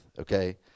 okay